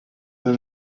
del